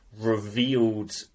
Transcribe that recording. revealed